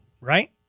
right